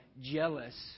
jealous